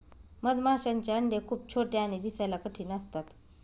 मधमाशांचे अंडे खूप छोटे आणि दिसायला कठीण असतात